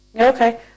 Okay